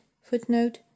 footnote